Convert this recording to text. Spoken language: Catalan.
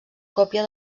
còpia